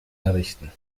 errichten